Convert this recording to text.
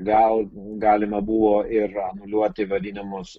gal galima buvo ir anuliuoti vadinamus